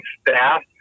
staff